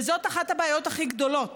וזאת אחת הבעיות הכי גדולות.